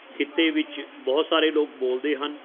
ਖਿੱਤੇ ਵਿੱਚ ਬਹੁਤ ਸਾਰੇ ਲੋਕ ਬੋਲਦੇ ਹਨ